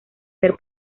ser